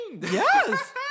Yes